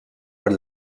per